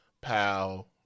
pal